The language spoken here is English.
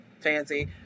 Fancy